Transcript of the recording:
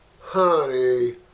Honey